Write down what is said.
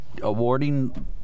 awarding